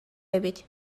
эбит